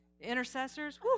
intercessors